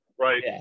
Right